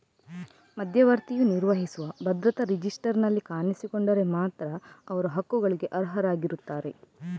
ಮಧ್ಯವರ್ತಿಯು ನಿರ್ವಹಿಸುವ ಭದ್ರತಾ ರಿಜಿಸ್ಟರಿನಲ್ಲಿ ಕಾಣಿಸಿಕೊಂಡರೆ ಮಾತ್ರ ಅವರು ಹಕ್ಕುಗಳಿಗೆ ಅರ್ಹರಾಗಿರುತ್ತಾರೆ